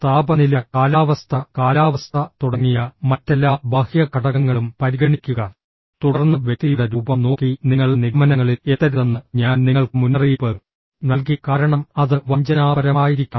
താപനില കാലാവസ്ഥ കാലാവസ്ഥ തുടങ്ങിയ മറ്റെല്ലാ ബാഹ്യ ഘടകങ്ങളും പരിഗണിക്കുക തുടർന്ന് വ്യക്തിയുടെ രൂപം നോക്കി നിങ്ങൾ നിഗമനങ്ങളിൽ എത്തരുതെന്ന് ഞാൻ നിങ്ങൾക്ക് മുന്നറിയിപ്പ് നൽകി കാരണം അത് വഞ്ചനാപരമായിരിക്കാം